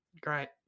Great